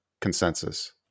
consensus